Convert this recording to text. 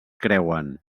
creuen